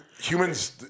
humans